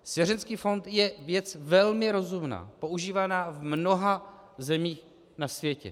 Svěřenecký fond je věc velmi rozumná, používaná v mnoha zemích na světě.